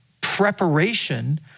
preparation